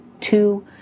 Two